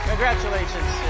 Congratulations